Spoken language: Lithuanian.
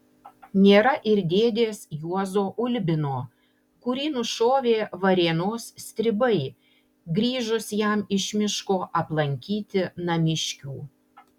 nėra ir dėdės juozo ulbino kurį nušovė varėnos stribai grįžus jam iš miško aplankyti namiškių